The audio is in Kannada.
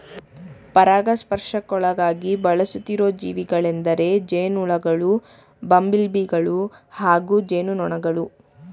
ಪರಾಗಸ್ಪರ್ಶಕಗಳಾಗಿ ಬಳಸುತ್ತಿರೋ ಜೀವಿಗಳೆಂದರೆ ಜೇನುಹುಳುಗಳು ಬಂಬಲ್ಬೀಗಳು ಹಾಗೂ ಜೇನುನೊಣಗಳು